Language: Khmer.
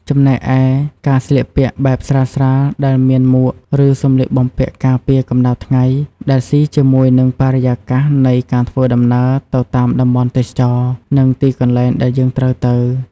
ចំណែកឯការស្លៀកពាក់បែបស្រាលៗដែលមានមួក ឬសម្លៀកបំពាក់ការពារកំដៅថ្ងៃដែលសុីជាមួយនិងបរិយាកាសនៃការធ្វើដំណើរទៅតាមតំបន់ទេសចរនិងទីកន្លែងដែលយើងត្រូវទៅ។